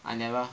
I never